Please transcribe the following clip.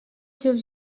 seus